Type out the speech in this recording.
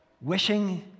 Wishing